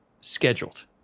scheduled